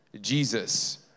jesus